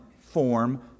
form